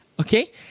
Okay